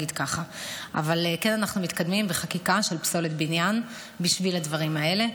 אבל אנחנו כן מתקדמים בחקיקה על פסולת בניין בשביל הדברים האלה.